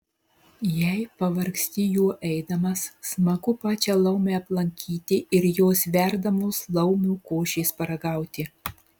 jei pavargsti juo eidamas smagu pačią laumę aplankyti ir jos verdamos laumių košės paragauti